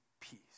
peace